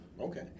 Okay